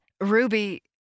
Ruby